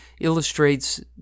illustrates